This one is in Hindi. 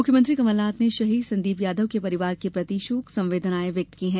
मुख्यमंत्री कमलनाथ ने शहीद संदीप यादव के परिवार के प्रति शोक संवदेनाएं व्यक्त की है